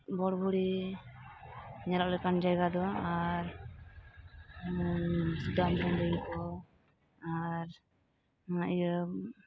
ᱵᱷᱚᱲᱵᱷᱚᱲᱤ ᱧᱮᱠᱚᱜ ᱠᱮᱠᱟᱱ ᱡᱟᱭᱜᱟ ᱫᱚ ᱟᱨ ᱥᱩᱛᱟᱹᱱ ᱴᱟᱺᱰᱤ ᱠᱚ ᱟᱨ ᱱᱚᱣᱟ ᱤᱭᱟᱹ